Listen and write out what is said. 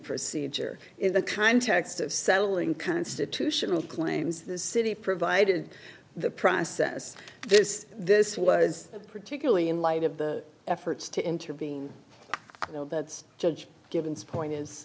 procedure in the kind text of settling constitutional claims the city provided the process this this was particularly in light of the efforts to intervene no that's judge givens point is